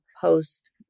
post